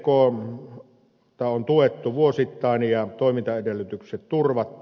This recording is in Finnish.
gtkta on tuettu vuosittain ja toimintaedellytykset turvattu